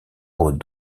aux